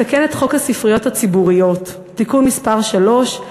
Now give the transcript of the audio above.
המתקן את חוק הספריות הציבוריות (תיקון מס' 3),